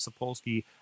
Sapolsky